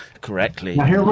correctly